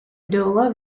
dover